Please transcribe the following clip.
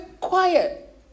Quiet